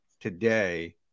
today